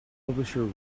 publisher